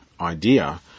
idea